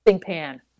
pan